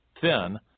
thin